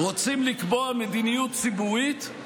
רוצים לקבוע מדיניות ציבורית,